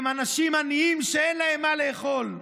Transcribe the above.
הם אנשים עניים שאין להם מה לאכול.